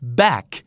back